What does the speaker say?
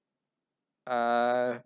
uh